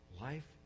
life